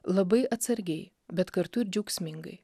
labai atsargiai bet kartu ir džiaugsmingai